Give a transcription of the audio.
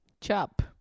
chop